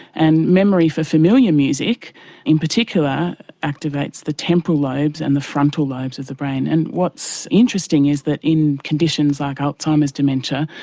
and memory for familiar music in particular activates the temporal lobes and the frontal lobes of the brain. and what's interesting is that in conditions like alzheimer's dementia,